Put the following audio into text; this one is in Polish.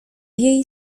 jej